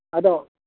ᱟᱫᱚ